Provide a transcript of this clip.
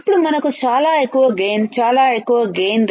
అప్పుడు మనకు చాలా ఎక్కువ గైన్ చాలా ఎక్కువ గైన్